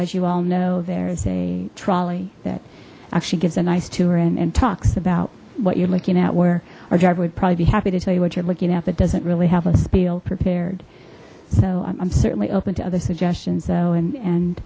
as you all know there's a trolley that actually gives a nice tour in and talks about what you're looking at where our driver would probably be happy to tell you what you're looking at that doesn't really help us feel prepared so i'm certainly open to other suggestions though and and